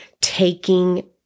taking